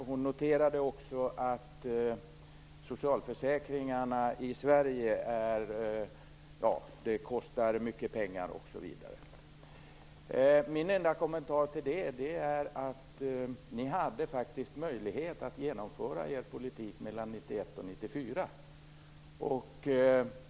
Hon noterade också att socialförsäkringarna i Sverige kostar mycket pengar osv. Min enda kommentar är att ni hade möjlighet att genomföra er politik åren 1991-1994.